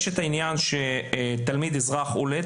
יש את העניין של תלמיד אזרח עולה,